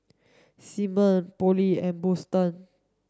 Simeon Polly and Boston